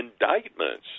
indictments